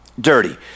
dirty